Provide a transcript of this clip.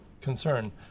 concern